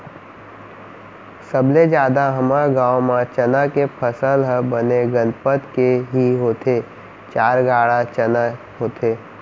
सबले जादा हमर गांव म चना के फसल ह बने गनपत के ही होथे चार गाड़ा चना होथे